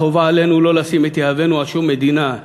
החובה עלינו לא לשים את יהבנו על שום מדינה,